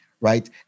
right